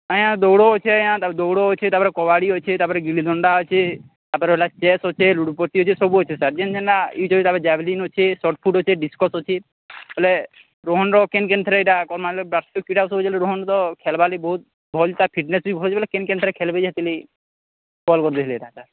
ଆଜ୍ଞା ଦୌଡ଼ ଅଛେ ଆଜ୍ଞା ତା'ପରେ ଦୌଡ଼ ଅଛେ ତା'ପରେ କବାଡ଼ି ଅଛେ ତା'ପରେ ଗିଲିଦଣ୍ଡା ଅଛେ ତା'ପରେ ହେଲା ଚେସ୍ ଅଛେ ଲୁଡ଼ୁପଟି ଅଛେ ସବୁ ଅଛେ ସାର୍ ଯେନ୍ ଯେନ୍ଟା ୟୁଜ୍ ତା'ପରେ ଜାଭ୍ଲିନ୍ ଅଛେ ସର୍ଟ୍ଫୁଟ୍ ଅଛେ ଡିସ୍କସ୍ ଅଛେ ବେଲେ ରୋହନ୍ର କେନ୍ କେନ୍ଥିରେ ଇଟା କର୍ମା ବେଳେ ବାର୍ଷିକ କ୍ରୀିଡ଼ା ଉତ୍ସବ ଅଛେ ବେଲେ ରୋହନ୍ର ଖେଲ୍ବାର୍ଲାଗି ବହୁତ୍ ଭଲ୍ ତାର୍ ଫିଟ୍ନେସ୍ ବି ଭଲ୍ ବଲେ କେନ୍ କେନ୍ଥିରେ ଖେଲ୍ବେ ଯେ ହେଥିର୍ଲାଗି କଲ୍ କରିଥିଲି ହେଲେ ଇଟା ସାର୍